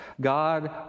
God